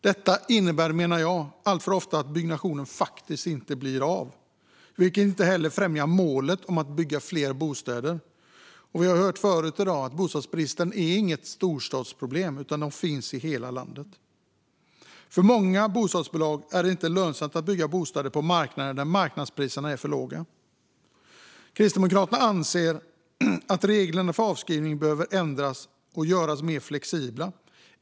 Detta innebär alltför ofta att byggnationen inte blir av, vilket inte främjar målet om att bygga fler bostäder. Vi har tidigare i dag hört att bostadsbrist inte är något storstadsproblem utan finns i hela landet. För många bostadsbolag är det inte lönsamt att bygga bostäder på marknader där marknadspriserna är låga. Kristdemokraterna anser att reglerna för avskrivning behöver ändras och göras mer flexibla.